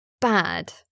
bad